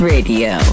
Radio